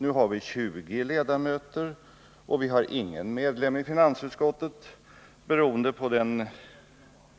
Nu har vi 20 ledamöter och vi har ingen medlem i finansutskottet, beroende på den